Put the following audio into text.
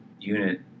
unit